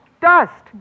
Dust